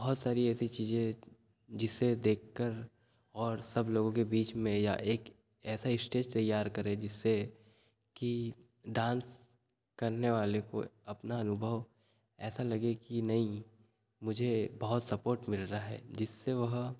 बहुत सारी ऐसी चीजें जिसे देखकर और सब लोगों के बीच में या एक ऐसा स्टेज तैयार करें जिससे कि डांस करने वाले को अपना अनुभव ऐसा लगे कि नहीं मुझे बहुत सपोर्ट मिल रहा है जिससे वह